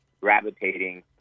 gravitating